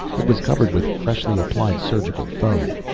it was covered with freshly applied surgical foam.